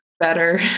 Better